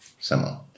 Similar